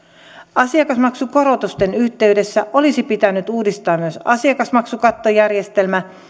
asiakasmaksukorotusten yhteydessä olisi pitänyt uudistaa myös asiakasmaksukattojärjestelmä